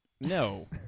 No